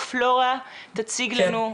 פלורה תציג לנו.